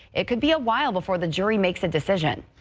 it could be a while before the jury makes a decision.